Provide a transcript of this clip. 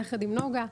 ויחד עם נגה,